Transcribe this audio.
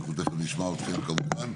אנחנו תיכף נשמע אתכם כמובן,